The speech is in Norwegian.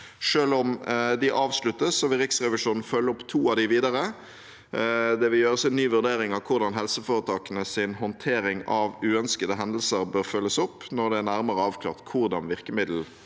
Selv om de avsluttes, vil Riksrevisjonen følge opp to av dem videre. Det vil gjøres en ny vurdering av hvordan helseforetakenes håndtering av uønskede hendelser bør følges opp, når det er nærmere avklart hvordan virkemiddelbruken